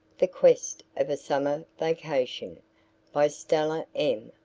the quest of a summer vacation by stella m.